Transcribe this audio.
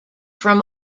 from